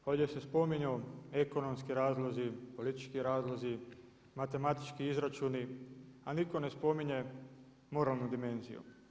Ovdje se spominju ekonomski razlozi, politički razlozi, matematički izračuni, a nitko ne spominje moralnu dimenziju.